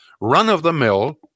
run-of-the-mill